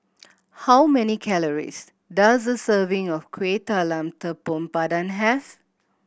how many calories does a serving of Kuih Talam Tepong Pandan have